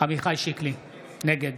עמיחי שיקלי, נגד